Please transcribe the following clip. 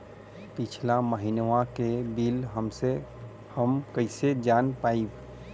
पिछला महिनवा क बिल हम कईसे जान पाइब?